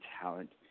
talent